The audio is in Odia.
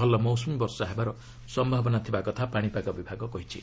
ଭଲ ମୌସୁମୀ ବର୍ଷା ହେବାର ସମ୍ଭାବନା ଥିବା କଥା ପାଣିପାଗ ବିଭାଗ କହିଛି